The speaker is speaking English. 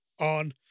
on